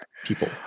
people